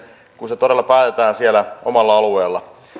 kun se todella päätetään siellä omalla alueella